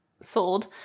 sold